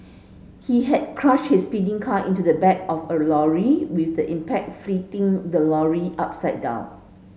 he had crashed his speeding car into the back of a lorry with the impact flipping the lorry upside down